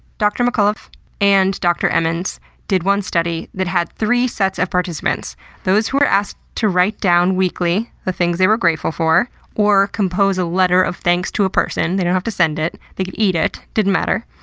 dr mccullough and dr emmons did one study that had three sets of participants those who were asked to write down weekly the things they were grateful for or compose a letter of thanks to a person. they didn't have to send it. they could eat it. it didn't matter.